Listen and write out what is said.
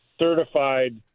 certified